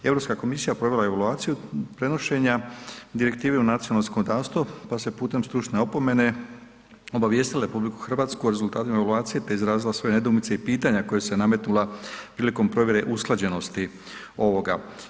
Europska komisija provela je evaluaciju prenošenja direktive u nacionalno zakonodavstvo pa se putem stručne opomene obavijestila RH o rezultatima evaluacije te izrazila svoje nedoumice i pitanja koje se nametnula prilikom provjere usklađenosti ovoga.